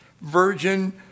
virgin